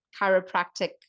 chiropractic